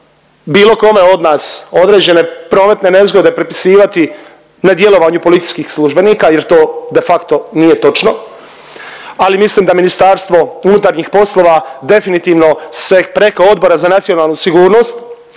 bilo kome od nas određene prometne nezgode prepisivati ne djelovanju policijskih službenika jer to de facto nije točno, ali mislim da MUP definitivno se preko Odbora za nacionalnu sigurnost